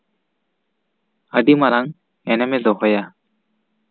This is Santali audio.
ᱟᱹᱰᱤ ᱢᱟᱨᱟᱝ ᱮᱱᱮᱢᱮ ᱫᱚᱦᱚᱭᱟ